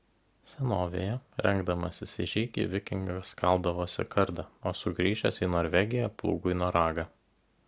senovėje rengdamasis į žygį vikingas kaldavosi kardą o sugrįžęs į norvegiją plūgui noragą